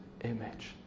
image